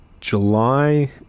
July